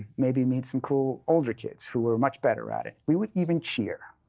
maybe meet some cool older kids who were much better at it. we would even cheer.